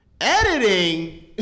Editing